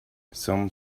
some